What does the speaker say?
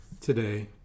today